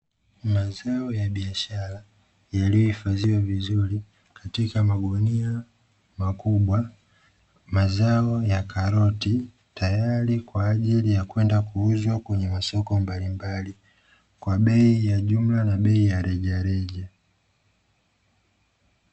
Mazao ya biashara yaliyohifadhiwa vizuri katika magunia makubwa, mazao ya karoti tayari kwa ajili ya kwenda kuuzwa kwenye masoko mbalimbali kwa bei ya jumla na bei ya rejareja.